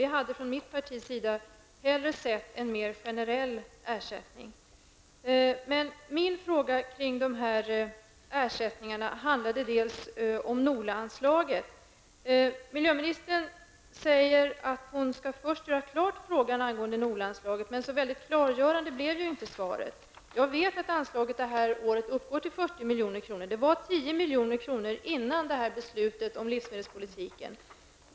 Vi hade från mitt partis sida hellre sett en mer generell ersättning. Men min fråga om dessa ersättningar handlade bl.a. om NOLA-anslaget. Miljöministern säger att hon först skall göra klart frågan angående NOLA anslaget. Men så väldigt klargörande blev inte svaret. Jag vet att anslaget i år uppgår till 40 milj.kr. Det var 10 milj.kr. före beslutet om livsmedelspolitiken.